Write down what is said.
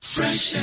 Fresh